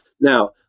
Now